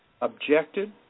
objected